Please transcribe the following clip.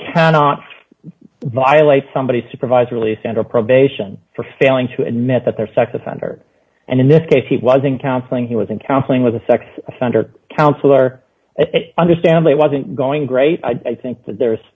cannot violate somebody's supervised release and or probation for failing to admit that their sex offender and in this case he was in counseling he was in counseling with a sex offender counselor it understand it wasn't going great i think that there's